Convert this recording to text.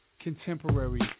contemporary